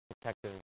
protective